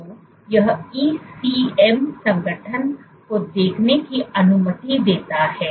तो यह ECM संगठन को देखने की अनुमति देता है